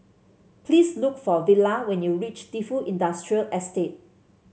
please look for Villa when you reach Defu Industrial Estate